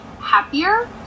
happier